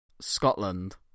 scotland